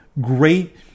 great